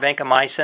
vancomycin